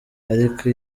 ariko